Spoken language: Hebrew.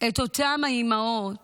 את אותן האימהות